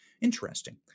Interesting